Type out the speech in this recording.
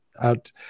out